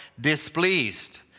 displeased